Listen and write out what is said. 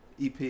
EP